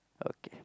okay